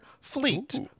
Fleet